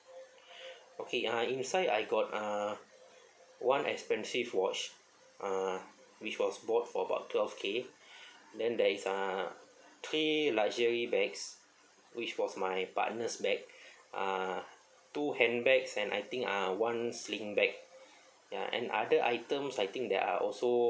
okay uh inside I got uh one expensive watch uh which was bought for about twelve K then there is uh three luxury bags which was my partner's bag uh two handbags and I think uh one sling bag ya and other items I think there are also